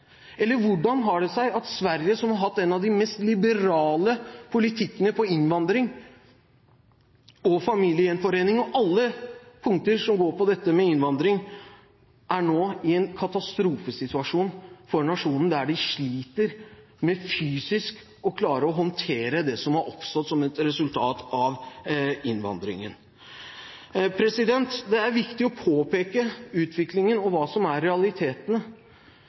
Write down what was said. Eller: Hvordan har det seg at Sverige, som har hatt en av de mest liberale politikkene når det gjelder innvandring, familiegjenforening og alle punkter som angår dette med innvandring, nå er i en katastrofesituasjon for nasjonen, der de sliter med fysisk å klare å håndtere det som har oppstått som et resultat av innvandringen? Det er viktig å påpeke utviklingen og hva som er realitetene,